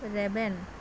ᱨᱮᱵᱮᱱ